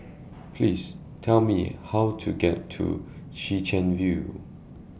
Please Tell Me How to get to Chwee Chian View